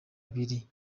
abiri